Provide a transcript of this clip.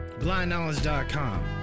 BlindKnowledge.com